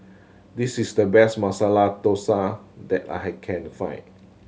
this is the best Masala Dosa that I can find